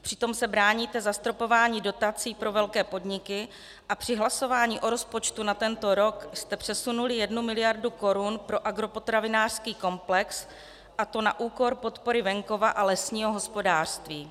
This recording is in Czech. Přitom se bráníte zastropování dotací pro velké podniky a při hlasování o rozpočtu na tento rok jste přesunuli jednu miliardu korun pro agropotravinářský komplex, a to na úkor podpory venkova a lesního hospodářství.